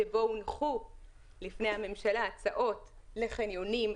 שבו הונחו לפני הממשלה הצעות לחניונים,